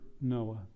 Noah